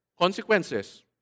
consequences